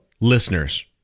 listeners